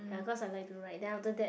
ya cause I like to write then after that